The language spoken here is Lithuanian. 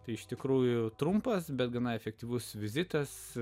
tai iš tikrųjų trumpas bet gana efektyvus vizitas